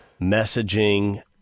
messaging